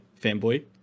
fanboy